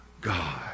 God